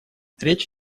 речь